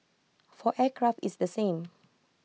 for aircraft it's the same